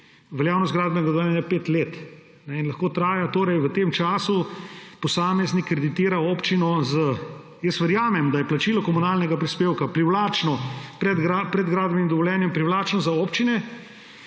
veljavnost gradbenega dovoljenja je pet let in lahko traja. V tem času posameznik kreditira občino. Verjamem, da je plačilo komunalnega prispevka pred gradbenim dovoljenjem privlačno za občine,